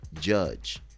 judge